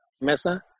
Mesa